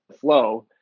flow